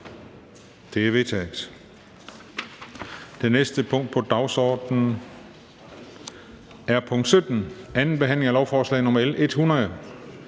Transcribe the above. Det er vedtaget. --- Det næste punkt på dagsordenen er: 17) 2. behandling af lovforslag nr. L 100: